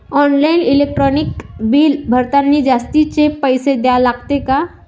Online electric bill भरतानी जास्तचे पैसे द्या लागते का?